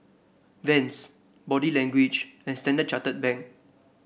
Vans Body Language and Standard Chartered Bank